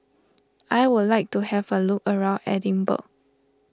I would like to have a look around Edinburgh